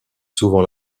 souvent